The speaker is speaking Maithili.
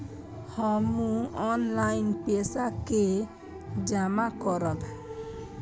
हमू ऑनलाईनपेसा के जमा करब?